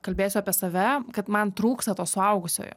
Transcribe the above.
kalbėsiu apie save kad man trūksta to suaugusiojo